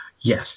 Yes